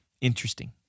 interesting